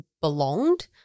belonged